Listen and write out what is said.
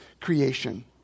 creation